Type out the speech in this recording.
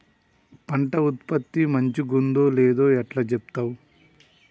పంట ఉత్పత్తి మంచిగుందో లేదో ఎట్లా చెప్తవ్?